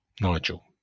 Nigel